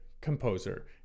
composer